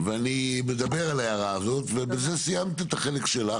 ואני מדבר על ההערה הזאת ובזה סיימת את החלק שלך.